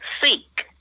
seek